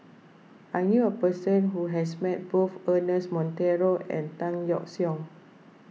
I knew a person who has met both Ernest Monteiro and Tan Yeok Seong